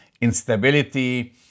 instability